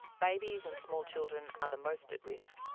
babies and small children are the most at risk.